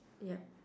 yup